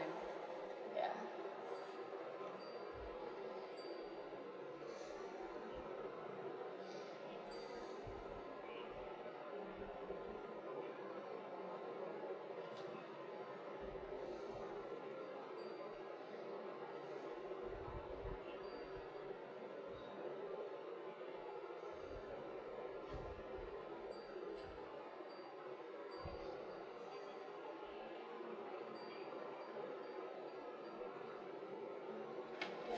yeah